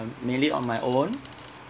mainly on my own